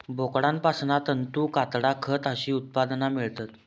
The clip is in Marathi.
बोकडांपासना तंतू, कातडा, खत अशी उत्पादना मेळतत